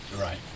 Right